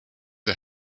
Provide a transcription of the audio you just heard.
der